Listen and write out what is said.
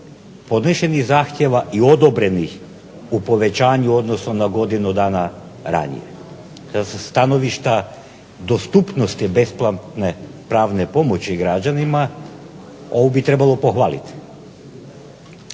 podnesenih zahtjeva i odobrenih u povećanju u odnosu na godinu dana ranije. Jer sa stanovišta dostupnosti besplatne pravne pomoći građanima ovo bi trebalo pohvaliti.